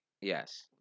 yes